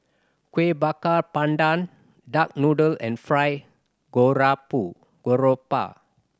Kuih Bakar Pandan duck noodle and fried garoupa